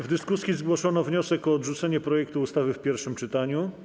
W dyskusji zgłoszono wniosek o odrzucenie projektu ustawy w pierwszym czytaniu.